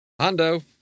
Hondo